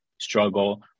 struggle